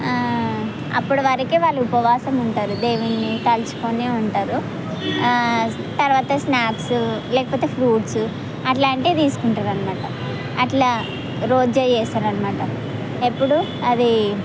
అప్పుడు వరకి వాళ్ళు ఉపవాసం ఉంటారు దేవుడిని తలచుకుని ఉంటారు ఆ తర్వాత స్నాక్స్ లేకపోతే ఫ్రూస్ట్సు అలాంటివి తీసుకుంటారు అన్నమాట అట్లా రోజా చేస్తారు అన్నమాట ఎప్పుడు అది